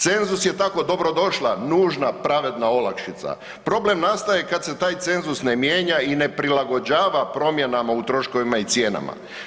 Cenzus je tako dobrodošla, nužna pravedna olakšica, problem nastaje kad se taj cenzus ne mijenja i ne prilagođava promjenama u troškovima i cijenama.